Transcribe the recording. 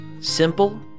Simple